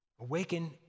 Awaken